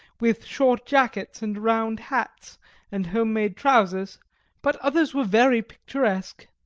with short jackets and round hats and home-made trousers but others were very picturesque.